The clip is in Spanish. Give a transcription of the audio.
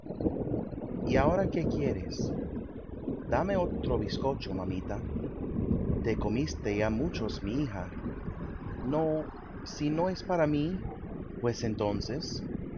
y ahora qué quieres dame otro bizcocho mamita te comiste ya muchos mi hija no si no es para mí pues entonces